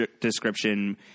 description